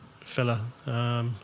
fella